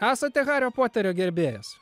esate hario poterio gerbėjas